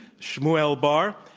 shmuel bar.